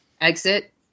exit